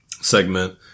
segment